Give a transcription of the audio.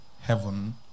heaven